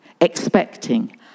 expecting